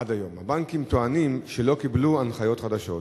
הבנקים טוענים שלא קיבלו הנחיות חדשות.